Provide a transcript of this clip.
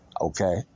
okay